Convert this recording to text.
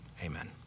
amen